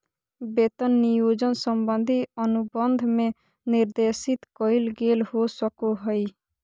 वेतन नियोजन संबंधी अनुबंध में निर्देशित कइल गेल हो सको हइ